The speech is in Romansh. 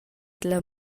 dalla